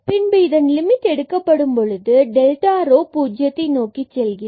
பின்பு இதன் லிமிட் எடுக்கப்படும் பொழுது டெல்டா rho 0 நோக்கி செல்கிறது